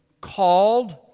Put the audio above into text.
called